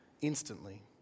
instantly